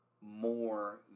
more